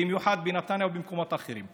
במיוחד בנתניה ובמקומות אחרים.